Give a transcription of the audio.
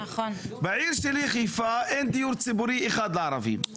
בעיר שלי חיפה אין דיור ציבורי אחד לערבים.